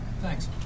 Thanks